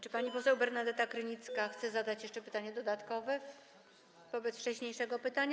Czy pani poseł Bernadeta Krynicka chce zadać jeszcze pytanie dodatkowe wobec wcześniejszego pytania.